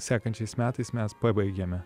sekančiais metais mes pabaigėme